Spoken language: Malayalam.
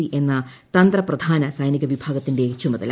സി എന്ന തന്ത്രപ്രധാന സൈനിക വിഭാഗത്തിന്റെ ചുമതല